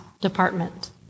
department